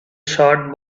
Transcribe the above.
short